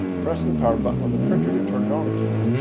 press the power button on the printer to turn it on again.